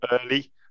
early